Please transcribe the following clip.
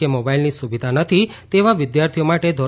કે મોબાઇલની સુવિધા નથી તેવા વિદ્યાર્થીઓ માટે ધો